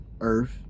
Earth